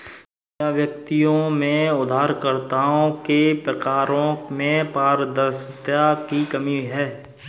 क्या व्यक्तियों में उधारकर्ताओं के प्रकारों में पारदर्शिता की कमी है?